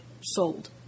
sold